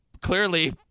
clearly—